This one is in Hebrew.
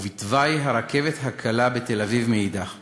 ובתוואי הרכבת הקלה בתל-אביב מאידך גיסא.